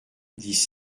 dix